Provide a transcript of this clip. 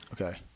Okay